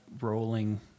rolling